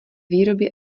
výrobě